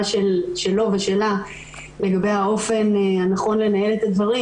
שלו ושלה לגבי האופן הנכון לנהל את הדברים,